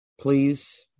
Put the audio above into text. please